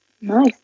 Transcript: nice